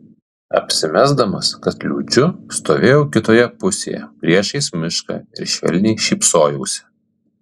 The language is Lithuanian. apsimesdamas kad liūdžiu stovėjau kitoje pusėje priešais mišką ir švelniai šypsojausi